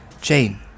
Jane